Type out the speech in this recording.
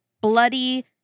bloody